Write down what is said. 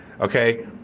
okay